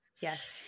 Yes